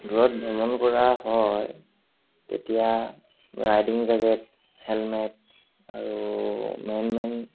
দূৰত ভ্ৰমণ কৰা হয় তেতিয়া ৰাইডিং জেকেট হেলমেট আৰু মেন মেইন